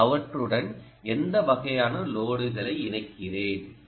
நான் அவற்றுடன் எந்த வகையான லோடுகளை இணைக்கிறேன்